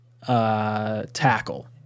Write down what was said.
Tackle